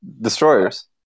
destroyers